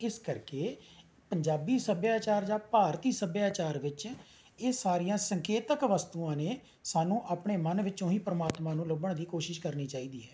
ਇਸ ਕਰਕੇ ਪੰਜਾਬੀ ਸੱਭਿਆਚਾਰ ਜਾਂ ਭਾਰਤੀ ਸੱਭਿਆਚਾਰ ਵਿੱਚ ਇਹ ਸਾਰੀਆਂ ਸੰਕੇਤਕ ਵਸਤੂਆਂ ਨੇ ਸਾਨੂੰ ਆਪਣੇ ਮਨ ਵਿੱਚੋਂ ਹੀ ਪਰਮਾਤਮਾ ਨੂੰ ਲੱਭਣ ਦੀ ਕੋਸ਼ਿਸ਼ ਕਰਨੀ ਚਾਹੀਦੀ ਹੈ